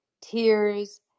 tears